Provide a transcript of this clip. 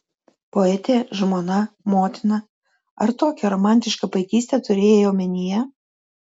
poetė žmona motina ar tokią romantišką paikystę turėjai omenyje